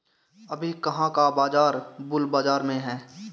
अभी कहाँ का बाजार बुल बाजार में है?